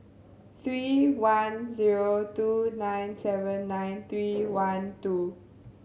three one zero two nine seven nine three one two